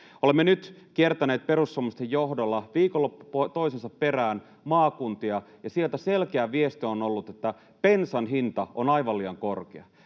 Olemme nyt kiertäneet perussuomalaisten johdolla viikonloppu toisensa perään maakuntia, ja sieltä selkeä viesti on ollut, että bensan hinta on aivan liian korkea.